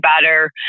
better